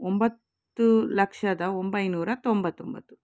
ಒಂಬತ್ತು ಲಕ್ಷದ ಒಂಬೈನೂರ ತೊಂಬತ್ತೊಂಬತ್ತು